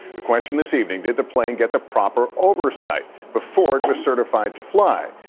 the question this evening, did the plane get the proper oversight before it was certified to fly?